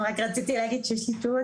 רק רציתי להגיד שתסיימו.